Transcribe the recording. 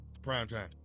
Primetime